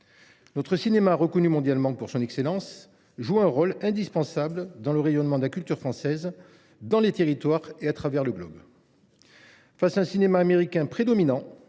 Notre cinéma, reconnu mondialement pour son excellence, joue un rôle indispensable dans le rayonnement de la culture française dans les territoires et à travers le globe. Face à une production américaine prédominante,